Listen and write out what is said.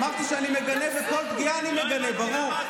אמרתי שאני מגנה, וכל פגיעה אני מגנה, ברור.